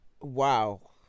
Wow